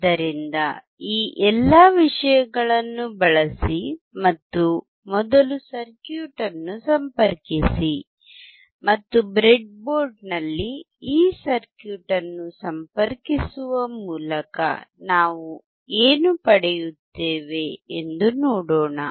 ಆದ್ದರಿಂದ ಈ ಎಲ್ಲ ವಿಷಯಗಳನ್ನು ಬಳಸಿ ಮತ್ತು ಮೊದಲು ಸರ್ಕ್ಯೂಟ್ ಅನ್ನು ಸಂಪರ್ಕಿಸಿ ಮತ್ತು ಬ್ರೆಡ್ಬೋರ್ಡ್ನಲ್ಲಿ ಈ ಸರ್ಕ್ಯೂಟ್ ಅನ್ನು ಸಂಪರ್ಕಿಸುವ ಮೂಲಕ ನಾವು ಏನು ಪಡೆಯುತ್ತೇವೆ ಎಂದು ನೋಡೋಣ